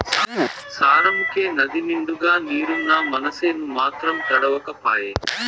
సార్నముకే నదినిండుగా నీరున్నా మనసేను మాత్రం తడవక పాయే